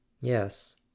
yes